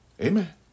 Amen